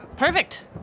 Perfect